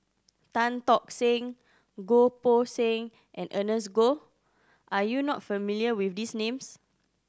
Tan Tock Seng Goh Poh Seng and Ernest Goh are you not familiar with these names